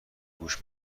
گوش